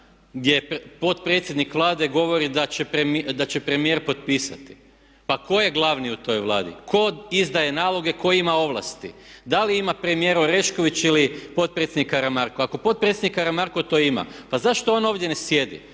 gdje potpredsjednik Vlade govori da će premijer potpisati. Pa tko je glavni u toj Vladi? Tko izdaje naloge i tko ima ovlasti? Da li ima premijer Oreković ili potpredsjednik Karamarko? Ako potpredsjednik Karamarko to ima pa zašto on ovdje ne sjedi?